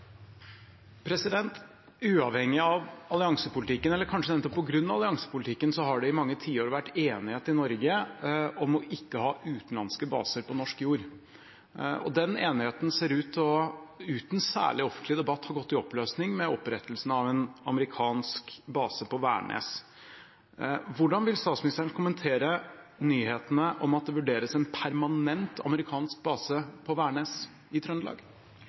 Uavhengig av alliansepolitikken, eller kanskje nettopp på grunn av alliansepolitikken, har det i mange tiår vært enighet i Norge om ikke å ha utenlandske baser på norsk jord. Den enigheten ser ut til, uten særlig offentlig debatt, å ha gått i oppløsning med opprettelsen av en amerikansk base på Værnes. Hvordan vil statsministeren kommentere nyhetene om at det vurderes en permanent amerikansk base på Værnes i Trøndelag?